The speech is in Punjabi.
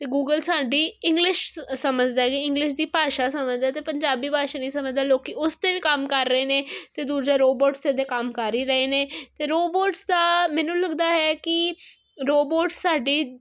ਤੇ ਗੂਗਲ ਸਾਡੀ ਇੰਗਲਿਸ਼ ਸਮਝਦਾ ਕੀ ਇੰਗਲਿਸ਼ ਦੀ ਭਾਸ਼ਾ ਸਮਝਦਾ ਤੇ ਪੰਜਾਬੀ ਭਾਸ਼ਾ ਨਹੀਂ ਸਮਝਦਾ ਲੋਕੀ ਉਸ ਤੇ ਵੀ ਕੰਮ ਕਰ ਰਹੇ ਨੇ ਤੇ ਦੂਜਾ ਰੋਬੋਟਸ ਦੇ ਕੰਮ ਕਰ ਹੀ ਰਹੇ ਨੇ ਤੇ ਰੋਬੋਟਸ ਦਾ ਮੈਨੂੰ ਲੱਗਦਾ ਹੈ ਕੀ ਰੋਬੋਟ ਸਾਡੀ